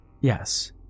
Yes